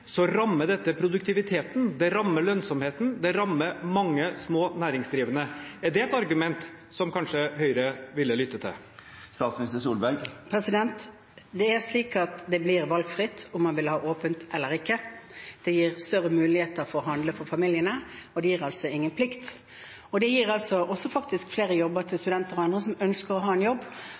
så rammer dette produktiviteten, det rammer lønnsomheten, og det rammer mange små næringsdrivende. Er det et argument som Høyre kanskje ville lytte til? Det er slik at det blir valgfritt om man vil holde åpent eller ikke. Det gir større muligheter for familiene til å handle, og det er ingen plikt. Det gir også flere jobber til studenter og andre som ønsker å ha en jobb.